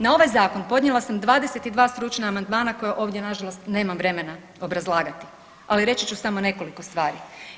Na ovaj zakon podnijela sam 22 stručna amandmana koja ovdje nažalost nemam vremena obrazlagati, ali reći ću samo nekoliko stvari.